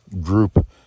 group